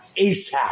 ASAP